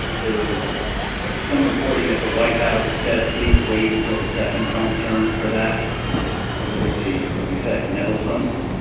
there was some reporting that the white house said please wait until the second trump term for that because it's politically, what do we say, nettlesome.